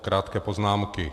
Krátké poznámky.